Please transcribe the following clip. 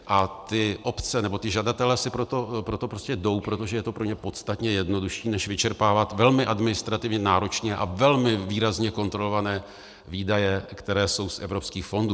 A ty obce nebo ti žadatelé si pro to prostě jdou, protože je to pro ně podstatně jednodušší než vyčerpávat velmi administrativně náročné a velmi výrazně kontrolované výdaje, které jsou z evropských fondů.